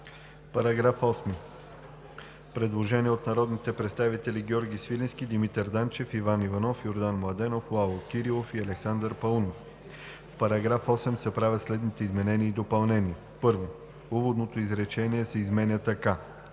По § 8 има предложение от народните представители Георги Свиленски, Димитър Данчев, Иван Иванов, Йордан Младенов, Лало Кирилов и Александър Паунов: „В § 8 се правят следните изменения и допълнения: 1. Уводното изречение се изменя така: